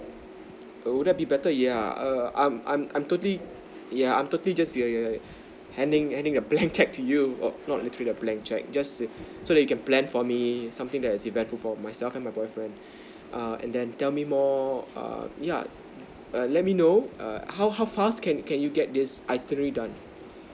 oh that would be better yeah err I'm I'm I'm totally yeah I'm totally just yeah yeah yeah handing handing a blank cheque to you or not literally the black cheque just so you can plan for me something that suitable for myself and my boyfriend err and then tell me more err yeah err let me know how how fast can can you get this itinerary done